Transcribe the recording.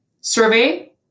survey